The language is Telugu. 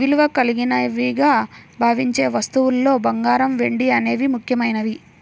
విలువ కలిగినవిగా భావించే వస్తువుల్లో బంగారం, వెండి అనేవి ముఖ్యమైనవి